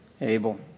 Abel